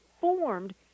formed